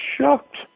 shocked